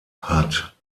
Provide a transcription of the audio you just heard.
hat